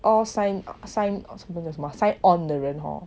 all sign sign or something sign 什么 sign on 的人 hor